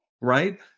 right